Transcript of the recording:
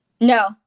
No